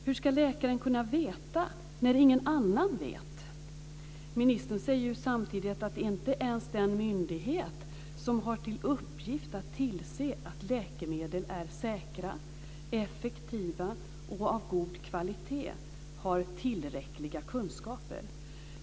Hur ska läkaren kunna veta när ingen annan vet? Ministern säger samtidigt att inte ens den myndighet som har till uppgift att tillse att läkemedel är säkra, effektiva och av god kvalitet har tillräckliga kunskaper.